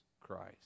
Christ